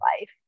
life